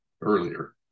earlier